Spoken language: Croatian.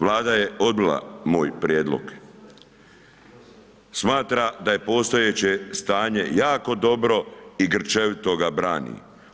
Vlada je odbila moj prijedlog, smatra da je postojeće stanje jako dobro i grčevito ga brani.